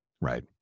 Right